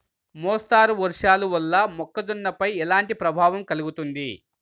మోస్తరు వర్షాలు వల్ల మొక్కజొన్నపై ఎలాంటి ప్రభావం కలుగుతుంది?